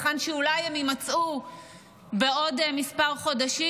היכן שאולי הם יימצאו בעוד כמה חודשים?